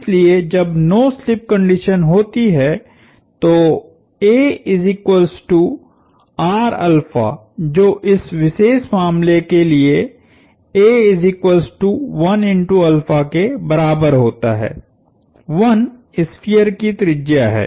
इसलिए जब no slip condition होती है तो जो इस विशेष मामले के लिए के बराबर होता है 1 स्फीयर की त्रिज्या है